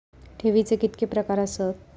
ठेवीचे कितके प्रकार आसत?